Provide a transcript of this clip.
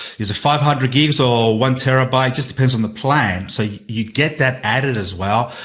is the five hundred games or one terabyte, just depends on the plan. so, you get that added as well.